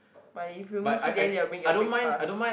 but if you miss it then they'll make a big fuss